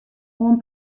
oan